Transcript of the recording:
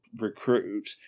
recruit